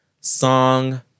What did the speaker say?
Song